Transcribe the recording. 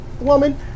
woman